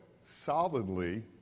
solidly